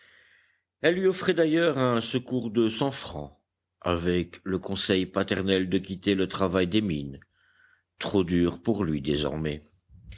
elle lui offrait d'ailleurs un secours de cent francs avec le conseil paternel de quitter le travail des mines trop dur pour lui désormais